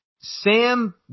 Sam